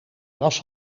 was